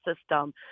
system